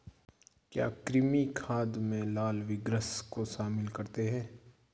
क्या कृमि खाद में लाल विग्लर्स को शामिल करते हैं?